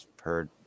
heard